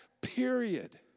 period